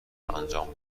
انجام